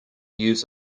use